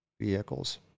vehicles